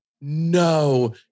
no